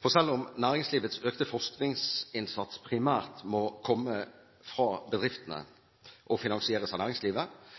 Selv om næringslivets økte forskningsinnsats primært må komme fra